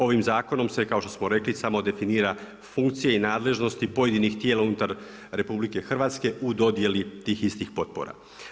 Ovim zakonom se kao što smo rekli samo definira funkcije i nadležnosti pojedinih tijela unutar RH u dodjeli tih istih potpora.